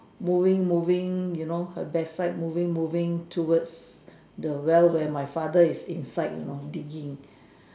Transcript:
moving moving you know her backside moving moving to wards the well where my father is inside you know digging